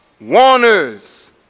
warners